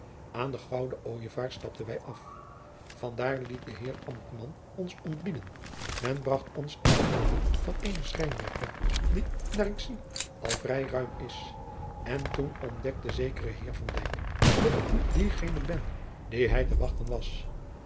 aan den gouden ojevaar stapten wij af vandaar liet de heer ambtman ons ontbieden men bracht ons in de woning van eenen schrijnwerker die naar ik zie al vrij ruim is en toen ontdekte zekere heer van dyk dat ik niet diegene ben dien hij te wachten was